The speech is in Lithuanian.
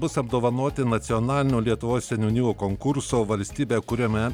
bus apdovanoti nacionalinio lietuvos seniūnijų konkurso valstybę kuriame